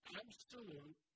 absolute